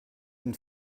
une